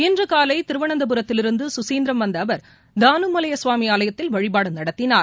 இன்று காலை திருவனந்தபுரத்திலிருந்து கசிந்திரம் வந்த அவர் தானுமாலைய சுவாமி ஆலயத்தில் வழிபாடு நடத்தினார்